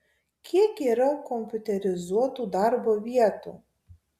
kiek yra kompiuterizuotų darbo vietų